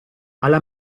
alla